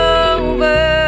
over